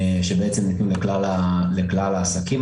שנתנו לכלל העסקים,